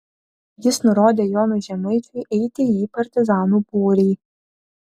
jis nurodė jonui žemaičiui eiti į partizanų būrį